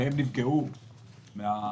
שבתיהם נפגעו מהטילים,